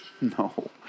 No